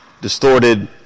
distorted